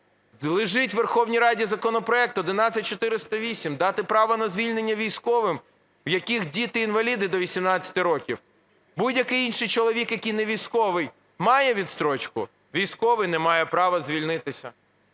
лежить у Верховній Раді законопроект 11408, дати право на звільнення військовим, у яких діти-інваліди до 18 років. Будь-який інший чоловік, який не військовий, має відстрочку, військовий не має права звільнитися.